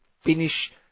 finish